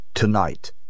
Tonight